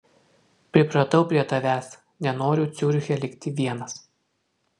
pripratau prie tavęs nenoriu ciuriche likti vienas